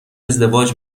ازدواج